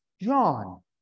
John